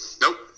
Nope